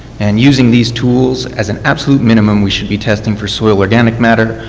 and using these tools as an absolute minimum we should be testing for soil organic matter,